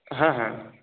হ্যাঁ হ্যাঁ হ্যাঁ